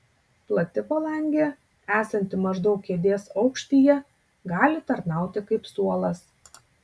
plati palangė esanti maždaug kėdės aukštyje gali tarnauti kaip suolas